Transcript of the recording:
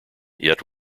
yet